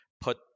put